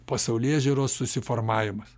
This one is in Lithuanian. pasaulėžiūros susiformavimas